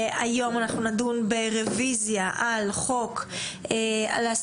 היום אנחנו נדון ברוויזיה על חוק להסדרת